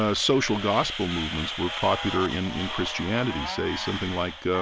ah social gospel movements were popular in in christianity, say, something like ah